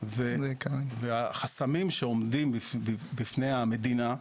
החסמים שעובדים בפני המדינה,